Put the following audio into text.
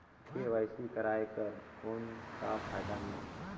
KYC कराय कर कौन का फायदा मिलही?